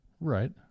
Right